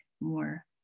more